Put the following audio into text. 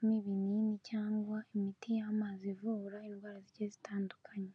nk'ibinini cyangwa imiti y'amazi ivura indwara zigiye zitandukanye.